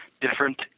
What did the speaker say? different